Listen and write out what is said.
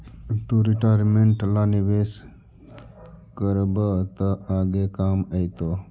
तु रिटायरमेंट ला निवेश करबअ त आगे काम आएतो